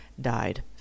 died